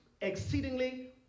exceedingly